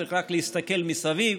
צריך רק להסתכל מסביב,